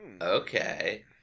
Okay